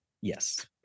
Yes